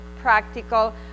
practical